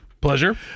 pleasure